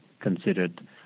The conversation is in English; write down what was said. considered